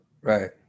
Right